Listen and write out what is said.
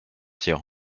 hier